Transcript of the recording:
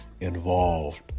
involved